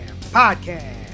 Podcast